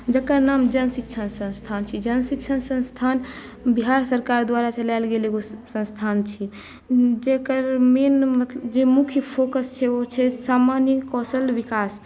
जकर नाम जन शिक्षण संस्थान छै जन शिक्षण संस्थान बिहार सरकार द्वारा चलायल गेल एगो संस्थान छै जकर मेन मतलब जे मुख्य फोकस छै ओ छै सामान्य कौशल विकास